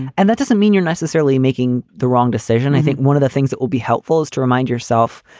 and that doesn't mean you're necessarily making the wrong decision. i think one of the things that will be helpful is to remind yourself,